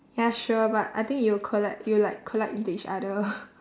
ya sure but I think it'll collide it will like collide into each other